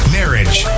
marriage